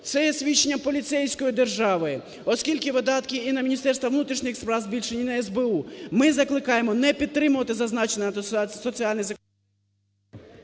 Це є свідченням поліцейської держави, оскільки видатки і на Міністерство внутрішніх справ збільшені, і на СБУ. Ми закликаємо не підтримувати зазначений антисоціальний…